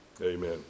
Amen